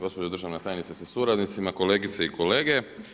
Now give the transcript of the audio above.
Gospođo državna tajnice sa suradnicima, kolegice i kolege.